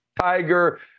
tiger